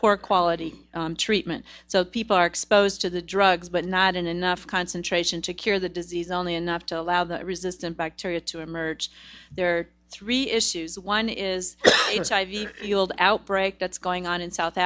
poor quality treatment so people are exposed to the drugs but not enough concentration to cure the disease only enough to allow the resistant bacteria to emerge there are three issues one is outbreak that's going on in south